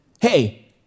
hey